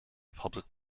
public